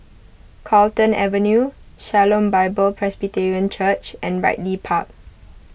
Carlton Avenue Shalom Bible Presbyterian Church and Ridley Park